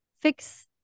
fix